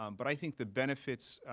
um but i think the benefits,